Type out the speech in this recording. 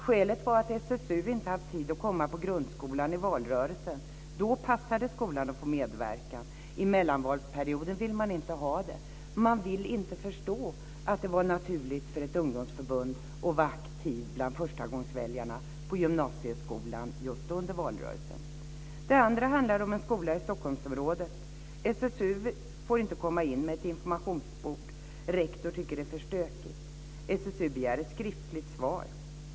Skälet var att SSU inte har haft tid att komma till grundskolan i valrörelsen. Då passar det skolan att få medverkan. I mellanvalsperioden vill man inte ha den. Man vill inte förstå att det var naturligt för ett ungdomsförbund att vara aktiv bland förstagångsväljarna på gymnasieskolan just under valrörelsen. Det andra exemplet handlar om en skola i Stockholmsområdet. SSU får inte komma in med ett informationsbord. Rektor tycker att det är för stökigt. SSU begär ett skriftligt svar.